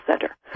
Center